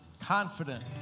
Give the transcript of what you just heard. confident